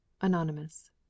Anonymous